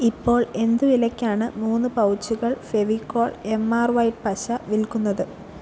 ഇപ്പോൾ എന്ത് വിലയ്ക്കാണ് മൂന്ന് പൗച്ചുകൾ ഫെവിക്കോൾ എം ആർ വൈറ്റ് പശ വിൽക്കുന്നത്